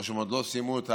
או שהן עוד לא סיימו את